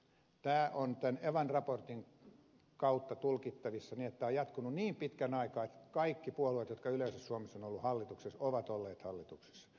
tämä on tämän evan raportin kautta tulkittavissa niin että tämä on jatkunut niin pitkän aikaa että kaikki puolueet jotka yleensä suomessa ovat olleet hallituksessa ovat olleet hallituksessa